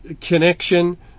connection